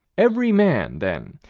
every man, then,